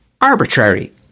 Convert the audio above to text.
arbitrary